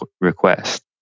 request